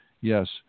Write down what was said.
yes